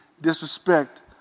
disrespect